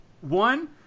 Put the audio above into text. One